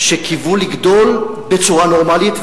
שקיוו לגדול בצורה נורמלית,